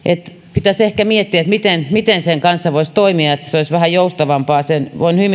pitäisi ehkä miettiä miten miten sen kanssa voisi toimia niin että se olisi vähän joustavampaa voin tämän